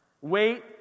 Wait